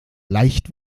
leicht